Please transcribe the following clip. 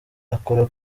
akora